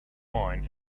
wine